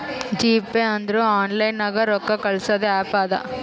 GPay ಅಂದುರ್ online ನಾಗ್ ರೊಕ್ಕಾ ಕಳ್ಸದ್ ಆ್ಯಪ್ ಅದಾ